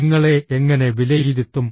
നിങ്ങളെ എങ്ങനെ വിലയിരുത്തും